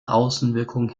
außenwirkung